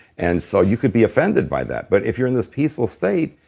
and so you could be offended by that. but if you're in this peaceful state,